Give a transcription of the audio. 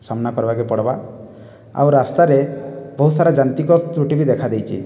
ସାମନା କରିବାକୁ ପଡ଼ିବ ଆଉ ରାସ୍ତାରେ ବହୁତ ସାରା ଯାନ୍ତ୍ରିକ ତ୍ରୁଟି ବି ଦେଖାଦେଇଛି